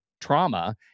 trauma